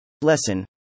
Lesson